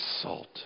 salt